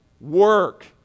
work